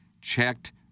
checked